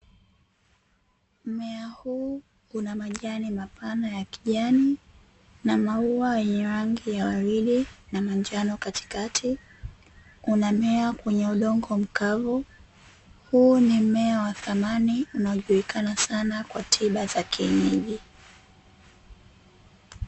Mmea huu una majani mapana ya kijani na maua yenye rangi ya waridi na manjano katikati, unamea kwenye udongo mkavu. Huu ni mmea wa thamani unaojulikana sana kwa tiba za kienyeji.